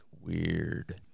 weird